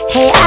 Hey